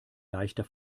leichter